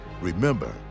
remember